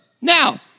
Now